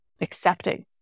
accepting